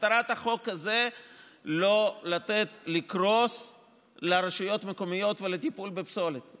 מטרת החוק הזה היא לא לתת לרשויות המקומיות ולטיפול בפסולת לקרוס.